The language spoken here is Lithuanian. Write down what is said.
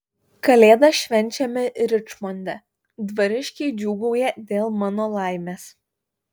kalėdas švenčiame ričmonde dvariškiai džiūgauja dėl mano laimės